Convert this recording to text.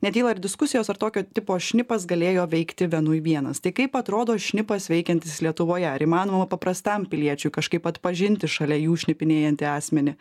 netyla ir diskusijos ar tokio tipo šnipas galėjo veikti vienui vienas tai kaip atrodo šnipas veikiantis lietuvoje ar įmanoma paprastam piliečiui kažkaip atpažinti šalia jų šnipinėjantį asmenį